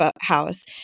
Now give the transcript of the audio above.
house